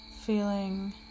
Feeling